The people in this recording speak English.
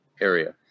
area